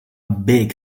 big